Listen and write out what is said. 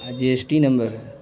جی S T نمبر ہے